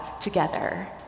together